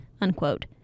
unquote